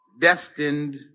destined